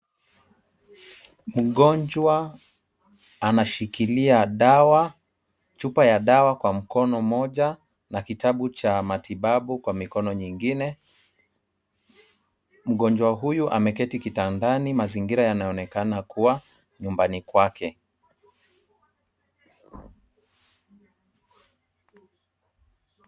Mgonjwa anashikilia dawa, chupa ya dawa kwa mkono moja na kitabu cha matibabu kwa mikono nyingine. Mgonjwa huyu ameketi kitandani, mazingira yanayoonekana kuwa nyumbani kwake.